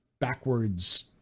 backwards